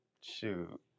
shoot